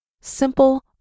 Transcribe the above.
simple